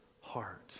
heart